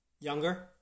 Younger